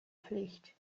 pflicht